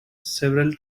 several